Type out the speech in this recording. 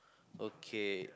okay